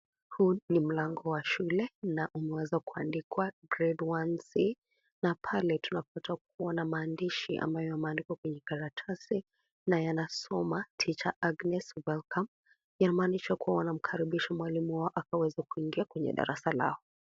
Huu ni mlango wa shule na umeweza kuandikwa grade 1c na pale tunapata kuona maandishi ambayo yameandikwa kwenye karatasi na yanasoma Tr. Agnes welcome inamaanisha kuwa wanamkaribisha mwalimu wao akaweze kuingi kwenye darasa lao.